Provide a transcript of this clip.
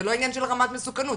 זה לא עניין של רמת מסוכנות,